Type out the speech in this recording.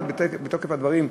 בתוקף הדברים,